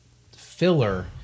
filler